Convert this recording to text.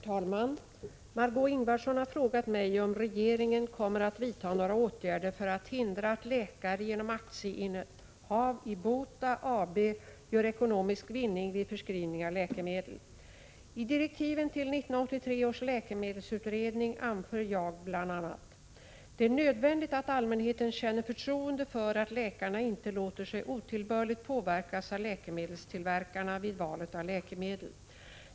Herr talman! Margö Ingvardsson har frågat mig om regeringen kommer att vidta några åtgärder för att hindra att läkare genom aktieinnehav i BOTA AB gör ekonomisk vinning vid förskrivning av läkemedel. I direktiven till 1983 års läkemedelsutredning anför jag bl.a.: ”Det är nödvändigt att allmänheten känner förtroende för att läkarna inte låter sig otillbörligt påverkas av läkemedelstillverkarna vid valet av läkemedel.